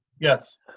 Yes